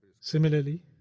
Similarly